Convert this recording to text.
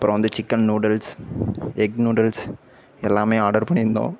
அப்புறம் வந்து chicken noodles egg noodles எல்லாமே ஆர்டர் பண்ணியிருந்தோம்